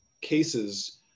cases